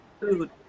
food